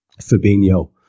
Fabinho